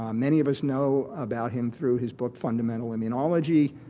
um many of us know about him through his book fundamental immunology,